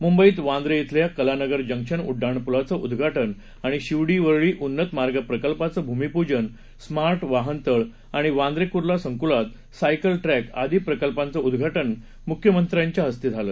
मुंबईत वांद्रे शिल्या कलानगर जंक्शन उड्डाणपुलाच उद्घाटन आणि शिवडी वरळी उन्नत मार्ग प्रकल्पाचं भूमिपूजन स्मार्ट वाहनतळ आणि वांद्रे कूर्ला संकूलात सायकल ट्रॅक आदी प्रकल्पांचं उद्घाटन आज मुख्यमंत्र्यांच्या हस्ते झालं